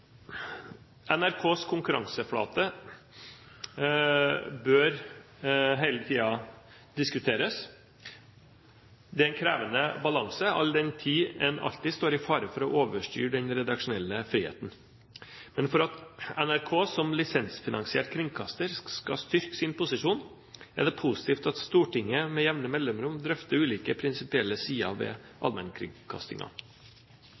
NRKs konkurranseflate bør hele tiden diskuteres. Det er en krevende balanse all den tid en alltid står i fare for å overstyre den redaksjonelle friheten. Men for at NRK som lisensfinansiert kringkaster skal styrke sin posisjon, er det positivt at Stortinget med jevne mellomrom drøfter ulike prinsipielle sider ved